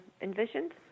envisioned